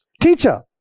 Teacher